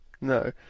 No